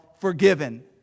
forgiven